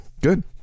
Good